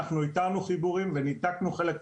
אנחנו איתרנו חיבורים וניתקנו חלק מהחיבורים.